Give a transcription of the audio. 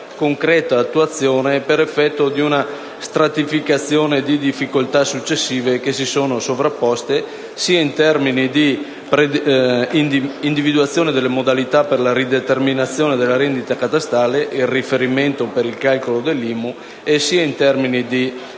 concreta attuazione per effetto di una stratificazione di difficoltà successive che si sono sovrapposte sia in termini di individuazione delle modalità per la rideterminazione della rendita catastale in riferimento al calcolo dell'imposta, sia in termini di